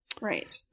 Right